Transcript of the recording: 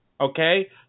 Okay